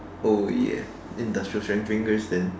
oh ya industrial strength fingers then